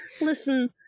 Listen